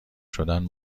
شدن